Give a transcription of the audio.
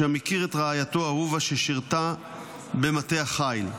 שם הכיר את רעייתו אהובה, ששירתה במטה החיל.